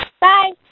Bye